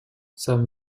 some